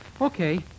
Okay